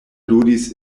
ludis